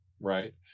right